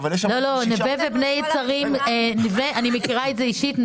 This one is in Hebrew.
אבל כשמאריכים לארבע שנים המשמעות היא שמחר לא תהיה מציאות אחרת,